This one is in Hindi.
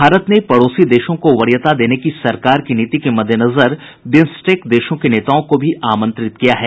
भारत ने पड़ोसी देशों को वरीयता देने की सरकार की नीति के मद्देनजर बिम्स्टेक देशों के नेताओं को भी आमंत्रित किया है